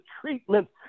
treatments